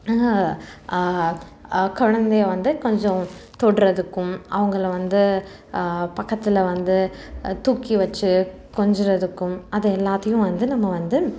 குழந்தைய வந்து கொஞ்சம் தொடுறதுக்கும் அவங்கள வந்து பக்கத்தில் வந்து தூக்கி வெச்சு கொஞ்சுறதுக்கும் அதை எல்லாத்தையும் வந்து நம்ம வந்து